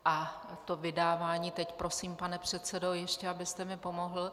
A to vydávání teď prosím, pane předsedo, ještě abyste mi pomohl.